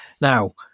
now